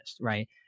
right